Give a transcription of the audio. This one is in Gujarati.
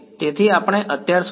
તેથી આપણે અત્યાર સુધી